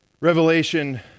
Revelation